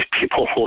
people